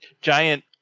giant